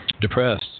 depressed